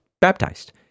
baptized